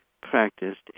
practiced